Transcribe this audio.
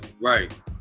Right